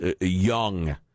young